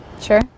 Sure